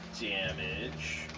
damage